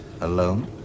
Alone